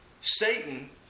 Satan